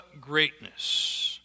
greatness